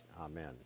Amen